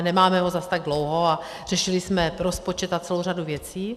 Nemáme ho zas tak dlouho a řešili jsme rozpočet a celou řadu věcí.